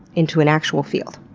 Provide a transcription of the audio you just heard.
into an actual field.